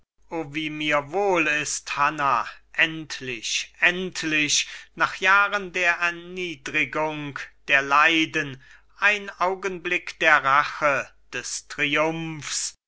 wie mir wohl ist hanna endlich endlich nach jahren der erniedrigung der leiden ein augenblick der rache des triumphs